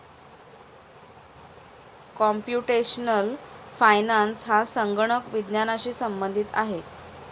computational finance हा संगणक विज्ञानाशी संबंधित आहे